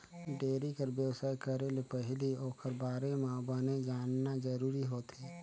dairy कर बेवसाय करे ले पहिली ओखर बारे म बने जानना जरूरी होथे